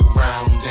round